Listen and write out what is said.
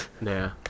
Nah